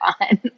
on